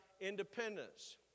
independence